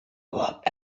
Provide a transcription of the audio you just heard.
walked